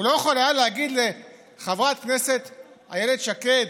הוא לא יכול היה להגיד לחברת הכנסת איילת שקד